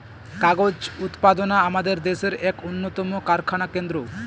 কাগজ উৎপাদনা আমাদের দেশের এক উন্নতম কারখানা কেন্দ্র